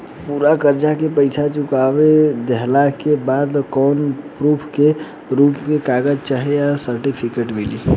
पूरा कर्जा के पईसा चुका देहला के बाद कौनो प्रूफ के रूप में कागज चाहे सर्टिफिकेट मिली?